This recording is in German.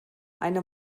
eine